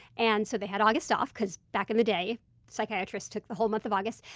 and so they had august off because back in the day psychiatrists took the whole month of august.